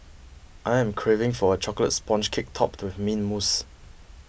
I am craving for a Chocolate Sponge Cake Topped with Mint Mousse